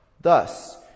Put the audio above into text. Thus